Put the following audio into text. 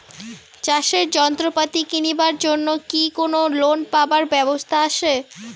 চাষের যন্ত্রপাতি কিনিবার জন্য কি কোনো লোন পাবার ব্যবস্থা আসে?